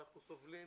שאנחנו סובלים,